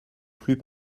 plus